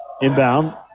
Inbound